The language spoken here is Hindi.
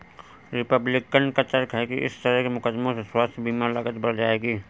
रिपब्लिकन का तर्क है कि इस तरह के मुकदमों से स्वास्थ्य बीमा लागत बढ़ जाएगी